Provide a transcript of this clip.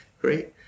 Great